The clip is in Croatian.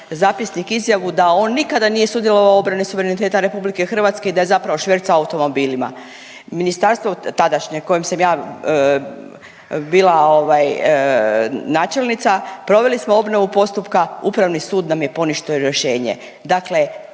zapisnik izjavu da on nikada nije sudjelovao u obrani suvereniteta Republike Hrvatske i da je zapravo švercao automobilima. Ministarstvo tadašnje u kojem sam ja bila načelnica proveli smo obnovu postupka. Upravni sud nam je poništio rješenje. Dakle,